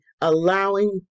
allowing